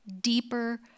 deeper